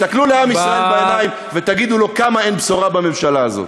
תסתכלו לעם ישראל בעיניים ותגידו לו כמה אין בשורה בממשלה הזאת.